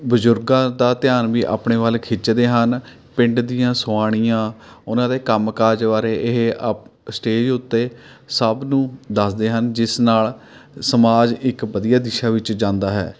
ਬਜ਼ੁਰਗਾਂ ਦਾ ਧਿਆਨ ਵੀ ਆਪਣੇ ਵੱਲ੍ਹ ਖਿੱਚਦੇ ਹਨ ਪਿੰਡ ਦੀਆਂ ਸੁਆਣੀਆਂ ਉਹਨਾਂ ਦੇ ਕੰਮ ਕਾਜ ਬਾਰੇ ਇਹ ਆਪ ਸਟੇਜ ਉੱਤੇ ਸਭ ਨੂੰ ਦੱਸਦੇ ਹਨ ਜਿਸ ਨਾਲ਼ ਸਮਾਜ ਇੱਕ ਵਧੀਆ ਦਿਸ਼ਾ ਵਿੱਚ ਜਾਂਦਾ ਹੈ